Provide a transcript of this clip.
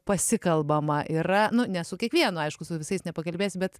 pasikalbama yra nu ne su kiekvienu aišku su visais nepakalbėsi bet